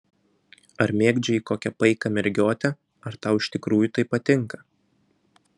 ar mėgdžioji kokią paiką mergiotę ar tau iš tikrųjų tai patinka